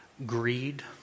Greed